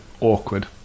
awkward